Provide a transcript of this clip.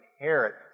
inherit